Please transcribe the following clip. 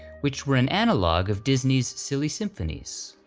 which were an analogue of disney's silly symphonies.